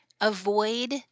avoid